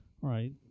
right